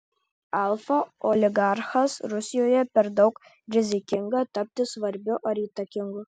alfa oligarchas rusijoje per daug rizikinga tapti svarbiu ar įtakingu